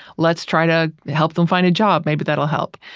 let's try to help them find a job. maybe that'll help.